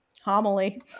homily